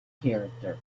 character